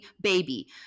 baby